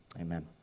amen